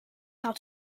how